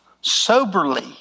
soberly